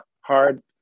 hard